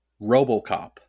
Robocop